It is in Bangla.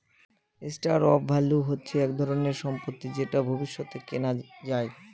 স্টোর অফ ভ্যালু হচ্ছে এক ধরনের সম্পত্তি যেটা ভবিষ্যতে কেনা যায়